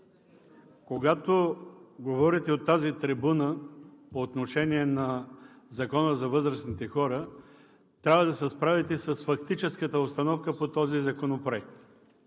когато говорите от тази трибуна по отношение на Закона за възрастните хора, трябва да се справите с фактическата обстановка по този законопроект.